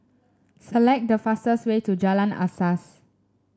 select the fastest way to Jalan Asas